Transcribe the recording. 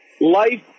Life